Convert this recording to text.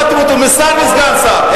הורדתם אותו משר לסגן שר?